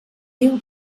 riu